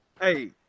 Hey